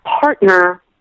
partner